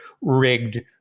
rigged